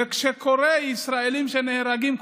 וכשקורה שישראלים נהרגים,